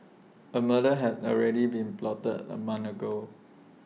A murder had already been plotted A month ago